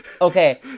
Okay